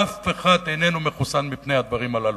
אף אחד איננו מחוסן מפני הדברים הללו.